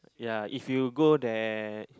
ya if you go that